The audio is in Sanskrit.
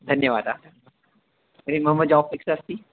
धन्यवादः तर्हि मम जाब् फ़िक्स् अस्ति